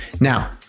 Now